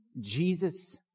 Jesus